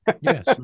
Yes